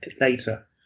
later